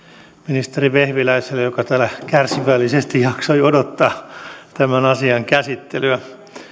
ministeri vehviläiselle joka täällä kärsivällisesti jaksoi odottaa asian käsittelyä